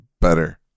better